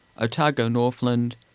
Otago-Northland